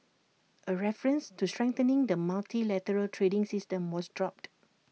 A reference to strengthening the multilateral trading system was dropped